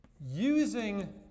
using